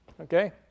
Okay